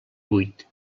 vuit